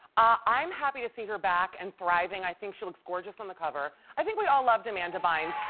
i'm happy to see her back and thriving. i think she looks gorgeous on the cover. i think we all love amanda bynes.